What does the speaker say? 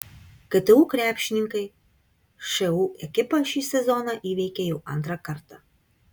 ktu krepšininkai šu ekipą šį sezoną įveikė jau antrą kartą